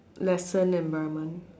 lesson environment